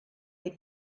that